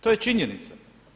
To je činjenica.